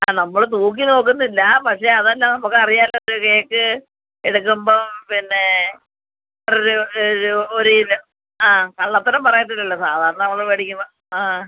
ആ നമ്മൾ തൂക്കി നോക്കുന്നില്ല പക്ഷേ അതല്ല നമുക്ക് അറിയാമല്ലോ കേക്ക് എടുക്കുമ്പം പിന്നെ അത് ഒരു ഒരു കിലോ ആ കള്ളത്തരം പറയില്ലല്ലോ സാധാരണ നമ്മൾ മേടിക്കുമ്പോൾ ആ ആ